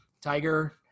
tiger